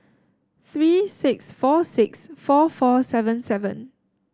three six four six four four seven seven